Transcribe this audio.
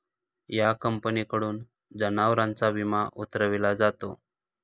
या कंपनीकडून जनावरांचा विमा उतरविला जातो